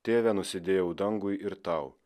tėve nusidėjau dangui ir tau